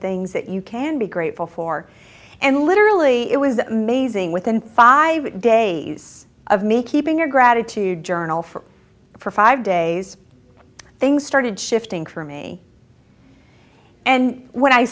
things that you can be grateful for and literally it was amazing within five days of may keep in your gratitude journal for for five days things started shifting for me and when i